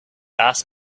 asked